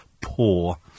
poor